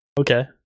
Okay